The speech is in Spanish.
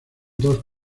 dos